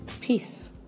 Peace